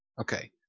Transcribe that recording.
okay